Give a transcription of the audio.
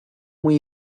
muy